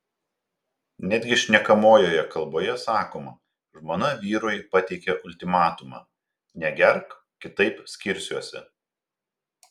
netgi šnekamojoje kalboje sakoma žmona vyrui pateikė ultimatumą negerk kitaip skirsiuosi